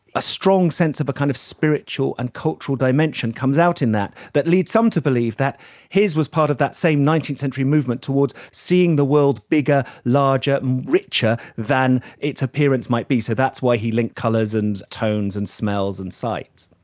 a strong sense of a kind of spiritual and cultural dimension comes out in that, that leads some to believe that his was part of that same nineteenth century movement towards seeing the world as bigger, larger and richer than its appearance might be. so that's why he linked colours and tones and smells and sight.